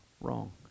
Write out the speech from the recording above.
wrong